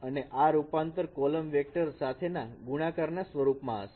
અને આ રૂપાંતર કોલમ વેક્ટર સાથેના ગુણાકાર ના સ્વરૂપમાં હશે